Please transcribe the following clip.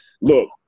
Look